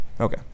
okay